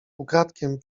ukradkiem